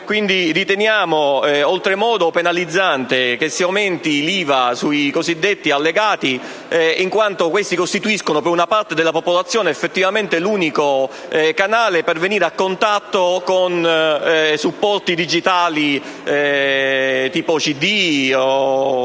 quindi oltremodo penalizzante che si aumenti l’IVA sui cosiddetti allegati, in quanto questi costituiscono per una parte della popolazione l’unico canale per venire a contatto con supporti digitali, tipo i CD,